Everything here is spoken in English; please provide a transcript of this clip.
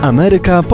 Ameryka